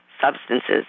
substances